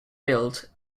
built